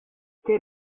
quel